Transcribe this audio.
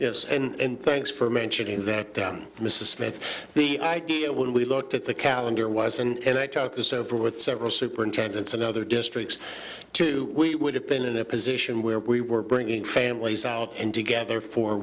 yes and thanks for mentioning that mrs smith the idea when we looked at the calendar was and i talked this over with several superintendents and other districts too we would have been in a position where we were bringing families out and together for